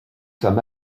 sommes